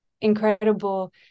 incredible